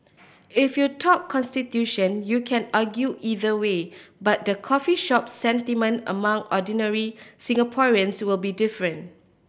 if you talk constitution you can argue either way but the coffee shop sentiment among ordinary Singaporeans will be different